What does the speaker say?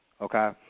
okay